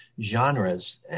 genres